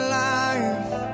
life